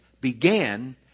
began